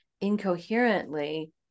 incoherently